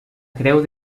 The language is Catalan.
creu